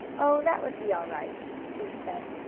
oh, that would be all right, sue said.